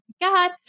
god